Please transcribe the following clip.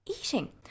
eating